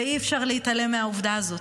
אי-אפשר להתעלם מהעובדה הזאת.